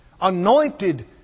anointed